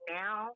now